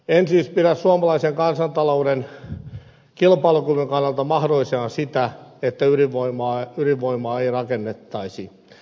en siis pidä suomalaisen kansantalouden kilpailukyvyn kannalta mahdollisena sitä että ydinvoimaa ei rakennettaisi